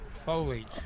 Foliage